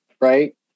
right